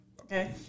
Okay